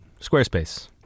Squarespace